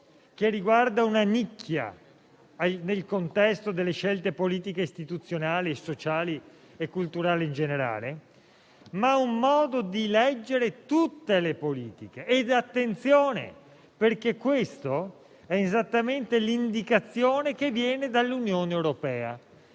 che riguarda una nicchia nel contesto delle scelte politiche, istituzionali, sociali e culturali in generale, ma un modo di leggere tutte le politiche. Facciamo attenzione, perché questa è esattamente l'indicazione che viene dall'Unione europea